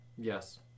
Yes